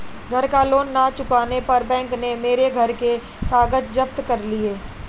घर का लोन ना चुकाने पर बैंक ने मेरे घर के कागज जप्त कर लिए